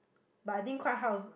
but I think quite high also